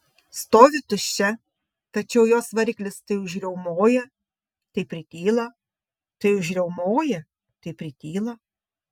stovi tuščia tačiau jos variklis tai užriaumoja tai prityla tai užriaumoja tai prityla